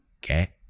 Get